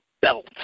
belt